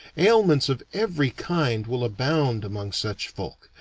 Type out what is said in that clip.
ailments of every kind will abound among such folk,